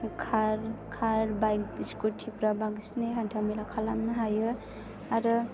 खार खार बाइक स्कुटिफ्रा बांसिनै हान्था मेला खालामनो हायो आरो